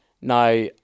Now